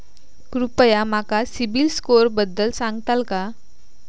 कृपया माका सिबिल स्कोअरबद्दल सांगताल का?